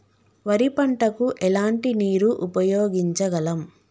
వరి పంట కు ఎలాంటి నీరు ఉపయోగించగలం?